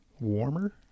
warmer